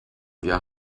wir